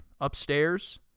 Upstairs